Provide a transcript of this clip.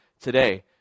today